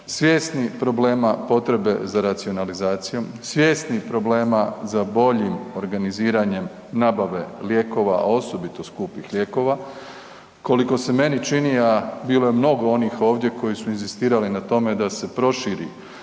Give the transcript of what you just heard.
svjesni problema potrebe za racionalizacijom, svjesni problema za boljim organiziranjem nabave lijekova a osobito skupih lijekova. Koliko se meni čini a bilo je mnogo onih ovdje koji su inzistirali na tome da se proširi